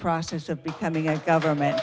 process of becoming a government